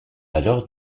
alors